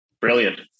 Brilliant